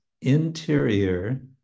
interior